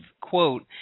quote